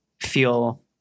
feel